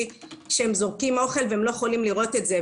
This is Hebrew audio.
שהם זורקים אוכל והם לא יכולים לראות את זה,